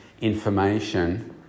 information